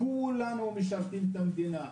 כולם משרתים את המדינה,